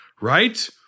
right